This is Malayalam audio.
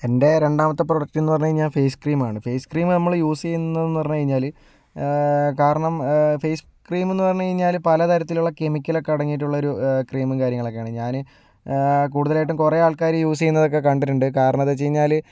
എൻറെ രണ്ടാമത്തെ പ്രൊഡക്ട് എന്ന് പറഞ്ഞ് കഴിഞ്ഞാൽ ഫേസ് ക്രീമാണ് ഫേസ് ക്രീം നമ്മള് യൂസ് ചെയ്യുന്നത് എന്ന് പറഞ്ഞ് കഴിഞ്ഞാല് കാരണം ഫേസ് ക്രീം എന്ന് പറഞ്ഞു കഴിഞ്ഞാല് പലതരത്തിലുള്ള കെമിക്കൽ ഒക്കെ അടങ്ങിയിട്ടുള്ള ഒരു ക്രീമും കാര്യങ്ങളും ഒക്കെയാണ് ഞാൻ കൂടുതലായിട്ടും കുറേ ആൾക്കാർ യൂസ് ചെയ്യുന്നതൊക്കെ കണ്ടിട്ടുണ്ട് കാരണംഎന്തെന്നു വെച്ച് കഴിഞ്ഞാല്